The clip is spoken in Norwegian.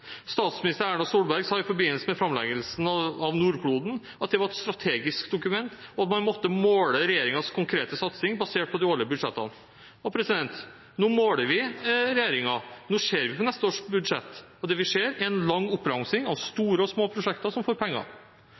Statsminister Erna Solberg sa i forbindelse med framleggelsen av rapporten «Nordkloden» at det var et strategisk dokument, og at man måtte måle regjeringens konkrete satsing basert på de årlige budsjettene. Nå måler vi regjeringen. Nå ser vi på neste års budsjett, og det vi ser, er en lang oppramsing av store og små prosjekter som får penger.